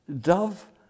dove